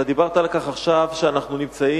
אתה דיברת עכשיו על כך שאנחנו נמצאים